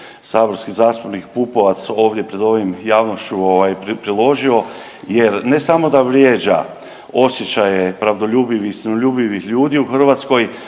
saborski zastupnik Pupovac ovdje pred ovim javnošću ovaj priložio jer ne samo da vrijeđa osjećaje pravdoljubivih, istinoljubivih ljudi u Hrvatskoj